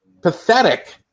pathetic